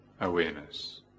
awareness